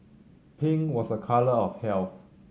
pink was a colour of health